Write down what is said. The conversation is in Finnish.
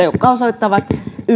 jotka osoittavat